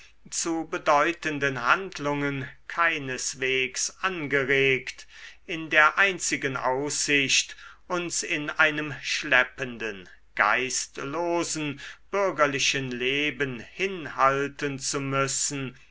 zu bedeutenden handlungen keineswegs angeregt in der einzigen aussicht uns in einem schleppenden geistlosen bürgerlichen leben hinhalten zu müssen